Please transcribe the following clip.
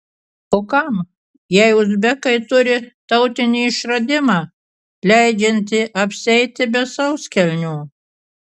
o kam jei uzbekai turi tautinį išradimą leidžiantį apsieiti be sauskelnių